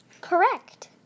Correct